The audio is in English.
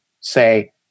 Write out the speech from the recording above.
say